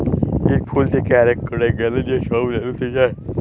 ইক ফুল থ্যাকে আরেকটয় গ্যালে যা ছব রেলুতে যায়